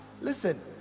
listen